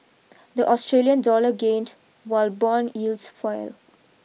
the Australian dollar gained while bond yields fell